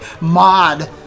mod